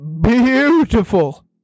beautiful